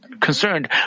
concerned